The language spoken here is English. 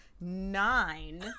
nine